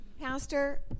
Pastor